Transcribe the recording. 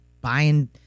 buying